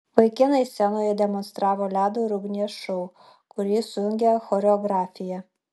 vaikinai scenoje demonstravo ledo ir ugnies šou kurį sujungė choreografija